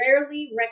rarely